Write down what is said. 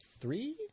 three